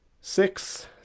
six